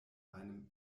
einem